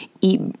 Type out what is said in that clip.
Eat